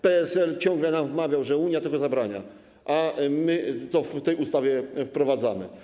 PSL ciągle nam wmawiał, że Unia tego zabrania, a my w tej ustawie to wprowadzamy.